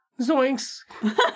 Zoinks